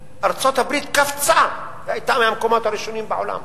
ארצות-הברית קפצה והיתה במקומות הראשונים בעולם.